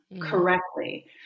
correctly